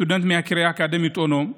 סטודנט מהקריה האקדמית אונו,